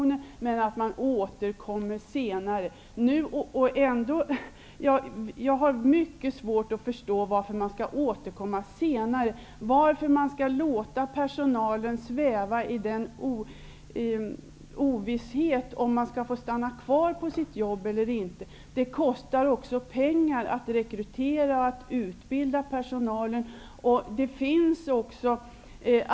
Men Birgit Friggebo säger att man återkommer senare. Jag har mycket svårt att förstå varför man skall återkomma senare. Varför skall man låta personalen sväva i ovisshet om den skall få stanna kvar på sitt jobb eller inte? Det kostar också pengar att rekrytera och utbilda personal.